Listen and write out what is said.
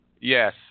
Yes